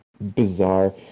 bizarre